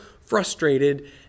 frustrated